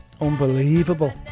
Unbelievable